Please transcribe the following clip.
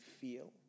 feel